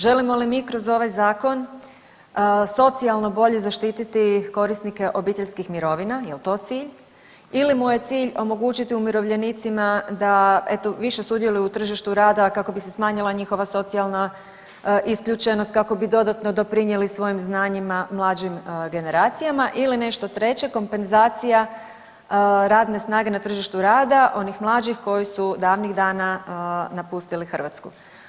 Želimo li mi kroz ovaj zakon socijalno bolje zaštititi korisnike obiteljskih mirovina, jel to cilj ili mu je cilj omogućiti umirovljenicima da eto više sudjeluju u tržištu rada kako bi se smanjila njihova socijalna isključenost, kako bi dodatno doprinijeli svojim znanjima mlađim generacijama ili nešto treće, kompenzacija radne snage na tržištu rada onih mlađih koji su davnih dana napustili Hrvatsku?